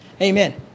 Amen